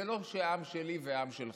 וזה לא שהעם שלי והעם שלך.